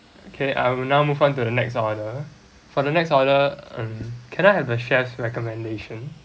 okay I will now move on to the next order for the next order um can I have the chef's recommendation